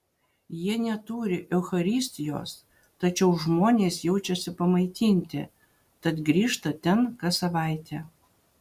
jie neturi eucharistijos tačiau žmonės jaučiasi pamaitinti tad grįžta ten kas savaitę